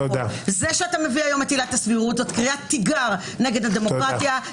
זה שאתה מביא היום את עילת הסבירות זאת קריאת תיגר נגד הדמוקרטיה,